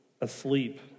asleep